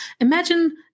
Imagine